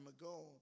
ago